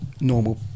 normal